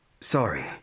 Sorry